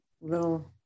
little